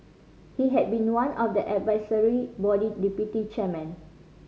he had been one of the advisory body deputy chairmen